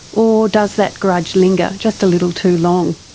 or does that grudge linger just a little too long?